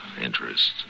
interest